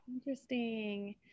interesting